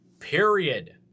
Period